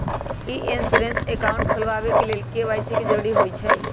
ई insurance account खोलबाबे के लेल के.वाई.सी के जरूरी होइ छै